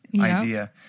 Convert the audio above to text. idea